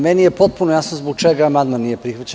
Meni je potpuno jasno zbog čega amandman nije prihvaćen.